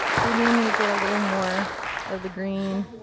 maybe i'm going to get a little more of the green